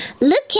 look